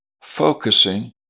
focusing